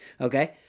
okay